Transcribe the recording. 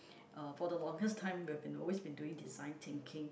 uh for the longest time we have been always been doing design thinking